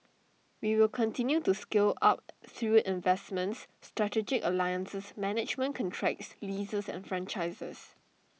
we will continue to scale up through investments strategic alliances management contracts leases and franchises